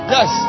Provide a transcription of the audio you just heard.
Yes